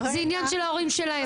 זה עניין של ההורים שלהם,